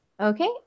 Okay